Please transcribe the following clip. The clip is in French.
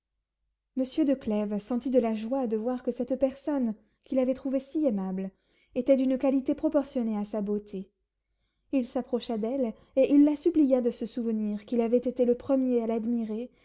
monsieur de clèves sentit de la joie de voir que cette personne qu'il avait trouvée si aimable était d'une qualité proportionnée à sa beauté il s'approcha d'elle et il la supplia de se souvenir qu'il avait été le premier à l'admirer